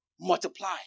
multiply